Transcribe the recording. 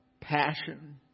passion